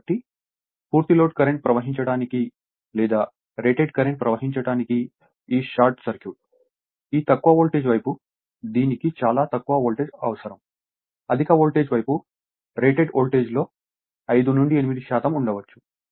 కాబట్టి పూర్తి load current ప్రవహించటానికి లేదా రేటెడ్ కరెంట్ ప్రవహించటానికి ఈ షార్ట్ సర్క్యూట్ ఈ తక్కువ వోల్టేజ్ వైపు దీనికి చాలా తక్కువ వోల్టేజ్ అవసరం అధిక వోల్టేజ్ వైపు రేటెడ్ వోల్టేజ్లో 5 నుండి 8 శాతం ఉండవచ్చు